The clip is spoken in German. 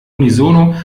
unisono